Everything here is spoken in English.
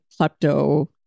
klepto